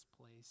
place